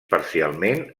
parcialment